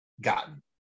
gotten